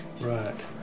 Right